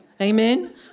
Amen